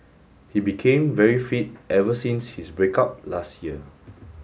he became very fit ever since his break up last year